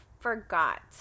forgot